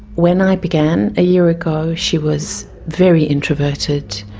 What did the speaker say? when i began a year ago she was very introverted,